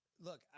Look